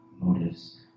motives